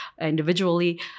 individually